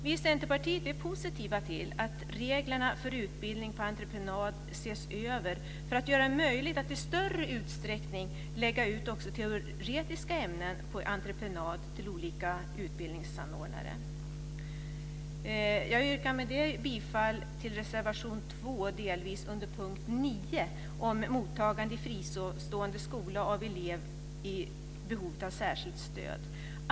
Vi i Centerpartiet är positiva till att reglerna för utbildning på entreprenad ses över för att göra det möjligt att i större utsträckning lägga ut också teoretiska ämnen på entreprenad till olika utbildningsanordnare. Jag yrkar med detta bifall till reservation 2 under punkt 9 delvis, om mottagande i fristående skola av elev i behov av särskilt stöd.